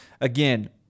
again